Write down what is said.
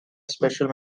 special